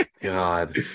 God